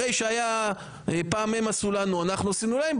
אחרי שפעם הם עשו לנו ואנחנו עשינו להם,